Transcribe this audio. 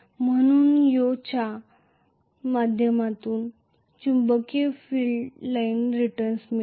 म्हणून यो च्या माध्यमातून चुंबकीय फील्ड लाइन रिटर्न मिळेल